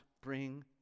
bring